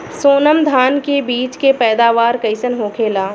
सोनम धान के बिज के पैदावार कइसन होखेला?